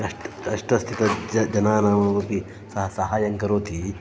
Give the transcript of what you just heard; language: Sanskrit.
कष्ट् कष्टस्थितिः ज जनानाम् अपि सः सहाय्यं करोति